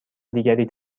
دیگری